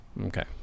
okay